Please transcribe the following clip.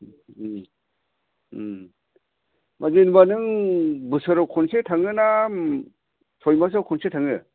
ओमफ्राय जेनेबा नों बोसोराव खनसे थाङो ना सय मासाव खनसे थाङो